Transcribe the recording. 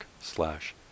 slash